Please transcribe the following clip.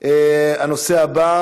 ולשוויון מגדרי נתקבלה.